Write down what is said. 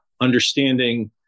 understanding